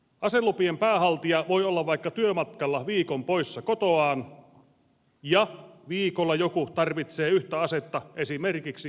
aselupien päähaltija voi olla vaikka työmatkalla viikon poissa kotoaan ja viikolla joku tarvitsee yhtä asetta esimerkiksi metsästykseen